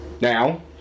Now